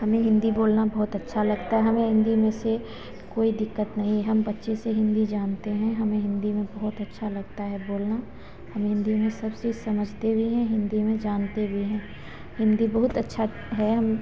हमें हिन्दी बोलना बहुत अच्छा लगता है हमें हिन्दी में से कोई दिक्कत नहीं हम बच्चे से हिन्दी जानते हैं हमें हिन्दी में बहुत अच्छा लगता है बोलना हम हिन्दी में सब चीज़ समझते भी हैं हिन्दी में जानते भी हैं हिन्दी बहुत अच्छी है हम